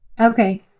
Okay